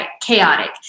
chaotic